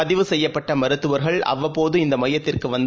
பதிவு செய்யப்பட்டமருத்துவர்கள் அவ்வப்போது இந்தமையத்திற்குவந்து